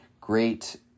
Great